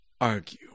argue